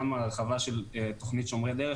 גם ההרחבה של תוכנית שומרי דרך,